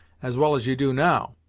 as well as you do now.